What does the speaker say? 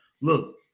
Look